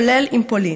כולל עם פולין.